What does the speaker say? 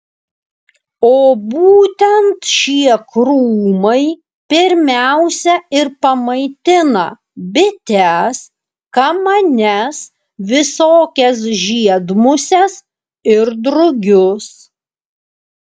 o būtent šie krūmai pirmiausia ir pamaitina bites kamanes visokias žiedmuses ir drugius